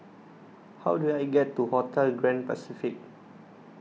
how do I get to Hotel Grand Pacific